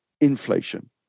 inflation